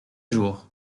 jours